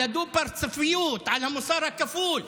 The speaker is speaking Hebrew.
על הדו-פרצופיות, על המוסר הכפול.